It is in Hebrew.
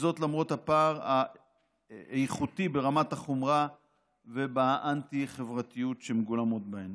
למרות הפער האיכותי ברמת החומרה ובאנטי-חברתיות שמגולמות בהן.